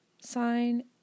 sign